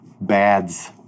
bads